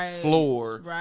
floor